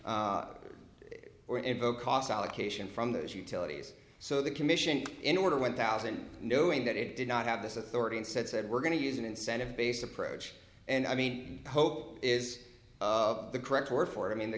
to or invoke cost allocation from those utilities so the commission in order one thousand knowing that it did not have this authority instead said we're going to use an incentive based approach and i mean hope is the correct word for i mean the